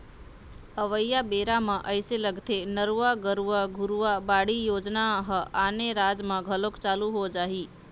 अवइया बेरा म अइसे लगथे नरूवा, गरूवा, घुरूवा, बाड़ी योजना ह आने राज म घलोक चालू हो जाही